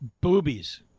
boobies